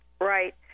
Right